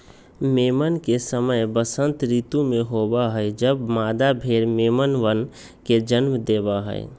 मेमन के समय वसंत ऋतु में होबा हई जब मादा भेड़ मेमनवन के जन्म देवा हई